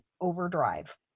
overdrive